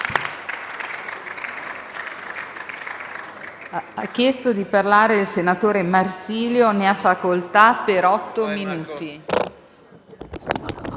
Grazie,